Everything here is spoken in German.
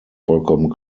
vollkommen